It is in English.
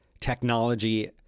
technology